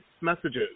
messages